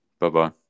Bye-bye